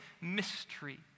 mystery